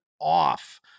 off